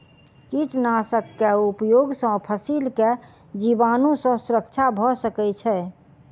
कीटनाशक के उपयोग से फसील के जीवाणु सॅ सुरक्षा भअ सकै छै